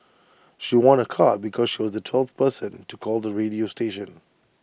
she won A car because she was the twelfth person to call the radio station